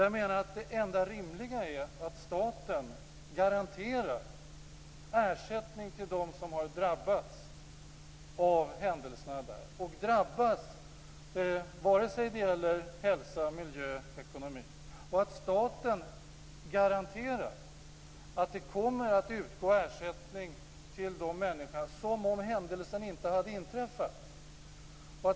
Jag menar att det enda rimliga är att staten garanterar ersättning till dem som har drabbats av händelsen oavsett om det gäller hälsa, miljö eller ekonomi, och att staten garanterar att det kommer att utgå ersättning till de människorna som om händelsen inte hade inträffat.